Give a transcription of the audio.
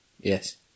yes